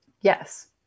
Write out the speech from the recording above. yes